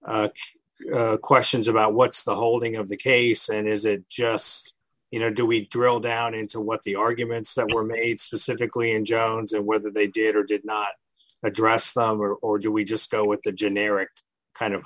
the questions about what's the holding of the case and is it just you know do we drilled down into what the arguments that were made specifically and jones and whether they did or did not address were or do we just go with the generic kind of